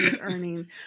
earning